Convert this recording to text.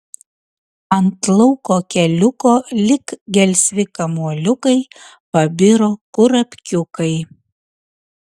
ant lauko keliuko lyg gelsvi kamuoliukai pabiro kurapkiukai